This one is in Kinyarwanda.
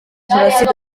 jenoside